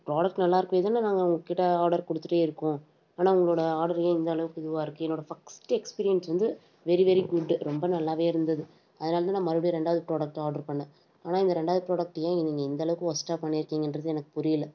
product நல்லா இருக்க போய் தான் நாங்கள் உங்கள் கிட்டே ஆடர் கொடுத்துட்டே இருக்கோம் ஆனால் உங்களோட ஆடர் ஏன் இந்தளவுக்கு இதுவாக இருக்குது என்னோட ஃபஸ்ட்டு எஸ்பிரியன்ஸ் வந்து வெரி வெரி குட் ரொம்ப நல்லா இருந்தது அதனால தான் நான் மறுபடி ரெண்டாவது ப்ராடக்ட்டு ஆட்ரு பண்ணேன் ஆனால் இப்போ இந்த ரெண்டாவது ப்ராடக்ட் ஏன் நீங்கள் இந்தளவுக்கு வொஸ்ட்டாக பண்ணிருக்கீங்கன்றது எனக்கு புரியலை